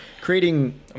creating